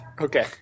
Okay